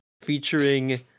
featuring